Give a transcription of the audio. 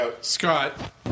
Scott